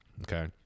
Okay